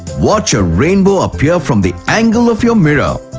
watch a rainbow appear from the angle of your mirror.